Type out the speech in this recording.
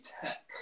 tech